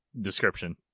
description